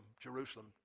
Jerusalem